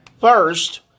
First